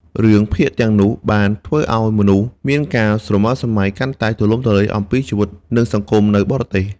រឿងភាគទាំងនោះបានធ្វើឲ្យមនុស្សមានការស្រមើលស្រមៃកាន់តែទូលំទូលាយអំពីជីវិតនិងសង្គមនៅបរទេស។